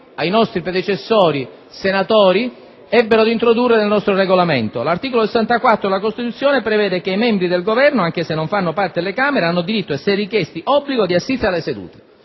i nostri predecessori senatori ebbero ad introdurre nel Regolamento. Tale articolo prevede che «i membri del Governo, anche se non fanno parte delle Camere, hanno diritto, e se richiesti obbligo, di assistere alle sedute».